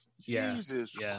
Jesus